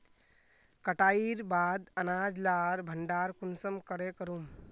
कटाईर बाद अनाज लार भण्डार कुंसम करे करूम?